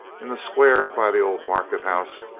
in the square by the old market-house,